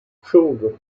children